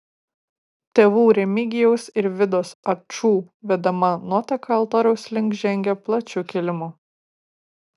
tėvų remigijaus ir vidos ačų vedama nuotaka altoriaus link žengė plačiu kilimu